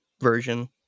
version